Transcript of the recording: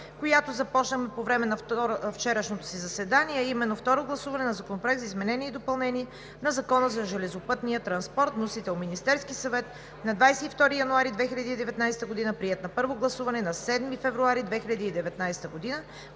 която започнахме по време на вчерашното си заседание, а именно Второ гласуване на Законопроект за изменение и допълнение на Закона за железопътния транспорт. Вносител е Министерският съвет, на 22 януари 2019 г., приет на първо гласуване на 7 февруари 2019 г.,